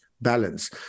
balance